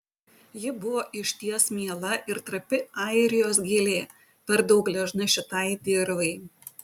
ji buvo išties miela ir trapi airijos gėlė per daug gležna šitai dirvai